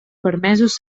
permesos